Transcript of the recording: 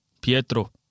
Pietro